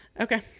Okay